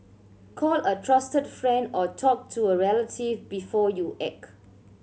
call a trusted friend or talk to a relative before you act